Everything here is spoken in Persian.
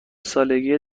سالگی